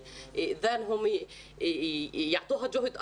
שיבינו אותנו,